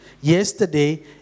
yesterday